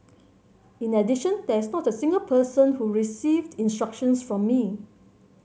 in addition there is not a single person who received instructions from me